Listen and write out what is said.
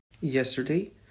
Yesterday